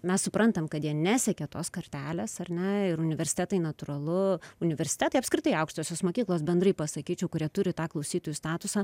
mes suprantam kad jie nesiekia tos kartelės ar ne ir universitetai natūralu universitetai apskritai aukštosios mokyklos bendrai pasakyčiau kurie turi tą klausytojų statusą